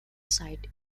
site